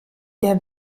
der